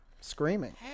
Screaming